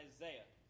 Isaiah